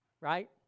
right